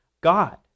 God